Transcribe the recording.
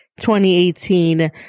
2018